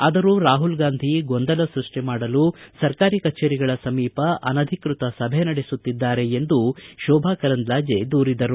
ಆದರೂ ರಾಹುಲ್ ಗಾಂಧಿ ಗೊಂದಲ ಸೃಷ್ಟಿ ಮಾಡಲು ಸರ್ಕಾರಿ ಕಚೇರಿಗಳ ಸಮೀಪ ಅನಧಿಕೃತ ಸಭೆ ನಡೆಸುತ್ತಿದ್ದಾರೆ ಎಂದು ಶೋಭಾ ಕರಂದ್ಲಾಜೆ ದೂರಿದರು